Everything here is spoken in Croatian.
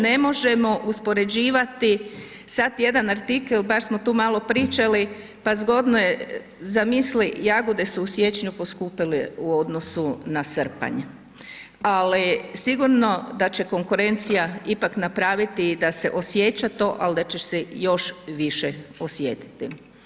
Ne možemo uspoređivati sad jedan artikl, baš smo tu malo pričali, pa zgodno je, zamisli, jagode su u siječnju poskupile u odnosu na srpanj, ali sigurno da će konkurencija ipak napraviti da se osjeća to, al da će se još više osjetiti.